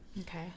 Okay